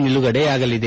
ನಿಲುಗಡೆಯಾಗಲಿದೆ